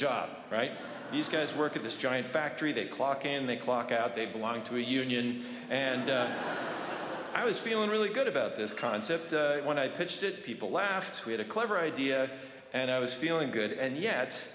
job right these guys work at this giant factory that clock and they clock out they belong to a union and i was feeling really good about this concept when i pitched it people laughed we had a clever idea and i was feeling good and yet